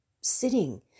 sitting